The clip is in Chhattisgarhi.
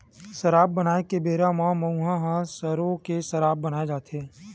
सराब बनाए के बेरा म मउहा ल सरो के सराब बनाए जाथे